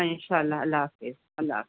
انشاء اللہ حافظ اللہ حفظ